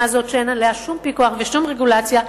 הזאת שאין עליה שום פיקוח ושום רגולציה.